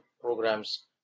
Program's